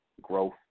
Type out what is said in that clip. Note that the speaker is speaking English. growth